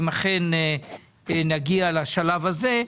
אם אכן נגיע לשלב הזה,